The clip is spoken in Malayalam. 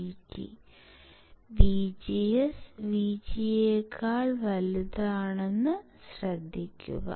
VGS VT യെക്കാൾ വലുതാണെന്ന് ശ്രദ്ധിക്കുക